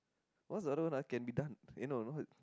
what's the other one ah can be done eh no not